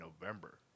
November